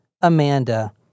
Amanda